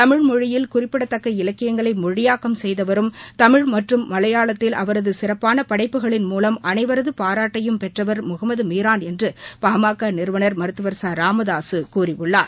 தமிழ் மொழியில் குறிப்பிடத்தக்க இலக்கியங்களை மொழியாக்கம் செய்வதரும் தமிழ் மற்றும் மலையாளத்தில் அவரது சிறப்பான படைப்புகளின் மூவம் அனைவரது பாராட்டையும் பெற்றவர் முகமது மீரான் என்று பாமக நிறுவனர் மருத்துவர் ச ராமதாசு கூறியுள்ளார்